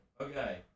Okay